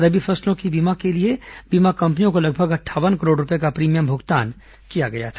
रबी फसलों के बीमा के लिए बीमा कंपनियों को लगभग अंठावन करोड़ रूपये का प्रीमियम भुगतान किया गया था